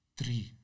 Three